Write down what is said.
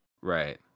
Right